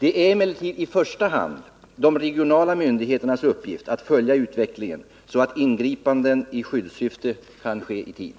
I första hand är det de regionala myndigheternas uppgift att följa utvecklingen så att ingripanden i skyddssyfte kan ske i tid.